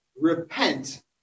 repent